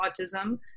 autism